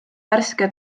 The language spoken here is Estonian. värske